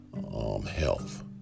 health